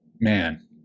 man